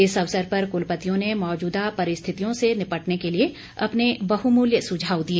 इस अवसर पर कुलपतियों ने मौजूदा परिस्थितियों से निपटने के लिए अपने बहमूल्य सुझाव दिए